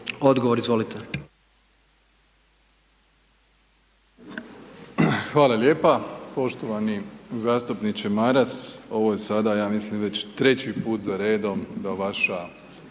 Andrej (HDZ)** Hvala lijepa, poštovani zastupniče Maras ovo je sada ja mislim već treći put za redom da vaša